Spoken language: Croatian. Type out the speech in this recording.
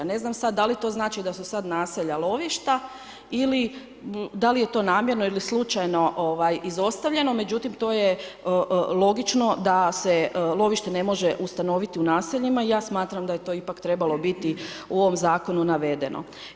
Ne znam sad da li to znači da su sad naselja lovišta ili da li je to namjerno ili slučajno izostavljeno, međutim to je logično da se lovište ne može ustanoviti u naseljima, i ja smatram da je to ipak trebalo biti u ovom zakonu navedeno.